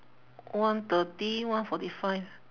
one thirty one forty five